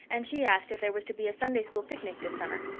and she asked if there was to be a sunday-school picnic this summer.